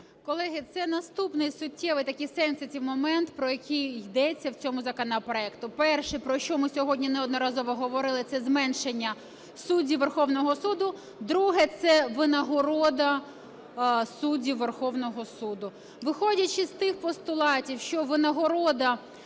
Колеги, це наступний суттєвий такий sensitive момент, про який йдеться в цьому законопроекті. Перше, про що ми сьогодні неодноразово говорили, – це зменшення суддів Верховного Суду. Друге – це винагорода суддів Верховного Суду. Виходячи з тих постулатів, що винагорода